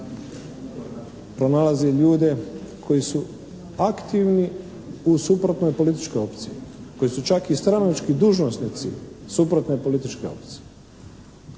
pronalazi ljude koji su aktivni u suprotnoj političkoj opciji, koji su čak i stranački dužnosnici suprotne političke opcije.